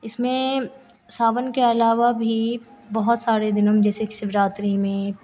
इसमें सावन के अलावा भी बहुत सारे दिनों में जैसे कि शिवरात्रि में